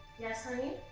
yes honey?